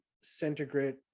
centigrade